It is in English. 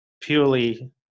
purely